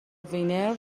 وینر